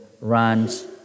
runs